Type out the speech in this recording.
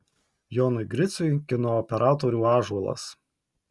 jonui griciui kino operatorių ąžuolas